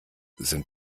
sind